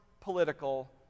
political